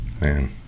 man